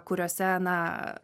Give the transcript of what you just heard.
kuriose na